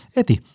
eti